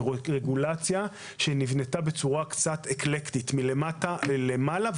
היא רגולציה שנבנתה בצורה קצת אקלקטית - מלמטה למעלה,